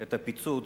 את הפיצוץ,